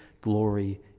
glory